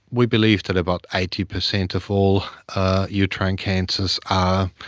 we believe that about eighty percent of all uterine cancers are